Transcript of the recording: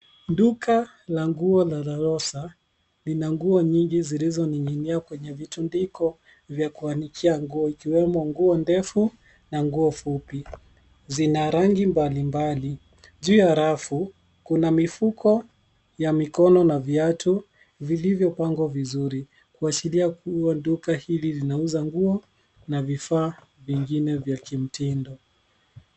Duka la nguo la La Rosa lina nguo nyingi zilizoning'inia kwenye vitundiko vya kuanikia nguo, ikiwemo nguo ndefu na nguo fupi. Zina rangi mbalimbali. Juu ya rafu, kuna mifuko ya mikono na viatu vilivyopangwa vizuri, kuashiria kuwa duka hili linauza nguo na vifaa vingine vya kimtindo.